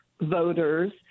voters